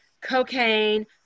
cocaine